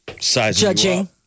Judging